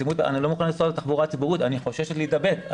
הן לא מוכנות לנסוע בתחבורה ציבורית כי הן חוששות להידבק.